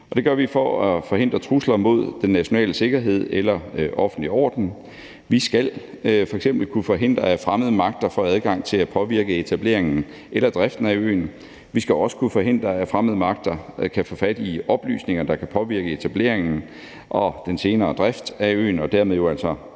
Det gør vi for at forhindre trusler mod den nationale sikkerhed og offentlige orden. Vi skal f.eks. kunne forhindre, at fremmede magter får adgang til at påvirke etableringen eller driften af øen. Vi skal også kunne forhindre, at fremmede magter kan få fat i oplysninger, der kan påvirke etableringen og den senere drift af øen,